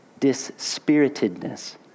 dispiritedness